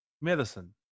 medicine